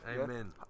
Amen